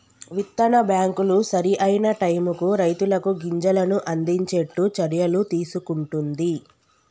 విత్తన బ్యాంకులు సరి అయిన టైముకు రైతులకు గింజలను అందిచేట్టు చర్యలు తీసుకుంటున్ది